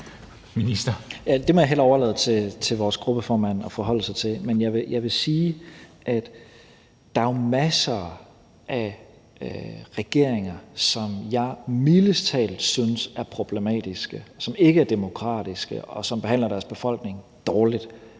Det må jeg hellere overlade til vores gruppeformand at forholde sig til. Men jeg vil sige, at der jo er masser af regeringer, som jeg mildest talt synes er problematiske, som ikke er demokratiske, og som behandler deres befolkning dårligt,